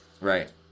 Right